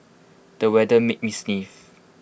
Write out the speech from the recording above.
the weather made me sneeze